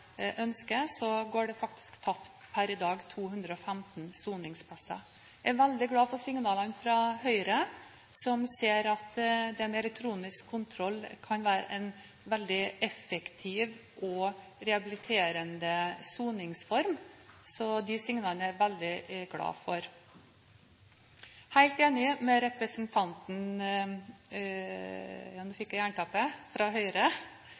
det faktisk per i dag gått tapt 215 soningsplasser. Jeg er veldig glad for signalene fra Høyre, som ser at det med elektronisk kontroll kan være en veldig effektiv og rehabiliterende soningsform. De signalene er jeg veldig glad for. Jeg er helt enig med representanten